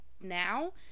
now